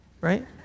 right